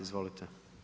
Izvolite.